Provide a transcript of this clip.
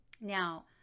Now